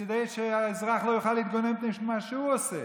כדי שהאזרח לא יוכל להתגונן מפני מה שהוא עושה.